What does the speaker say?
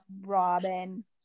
Robin